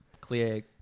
clear